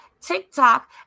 TikTok